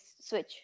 switch